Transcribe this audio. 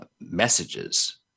messages